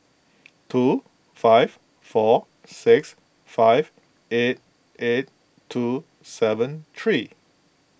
two five four six five eight eight two seven three